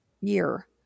year